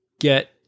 get